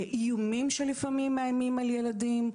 איומים שלפעמים מאיימים על ילדים.